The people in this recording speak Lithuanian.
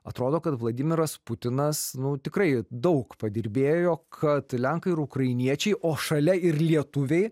atrodo kad vladimiras putinas nu tikrai daug padirbėjo kad lenkai ir ukrainiečiai o šalia ir lietuviai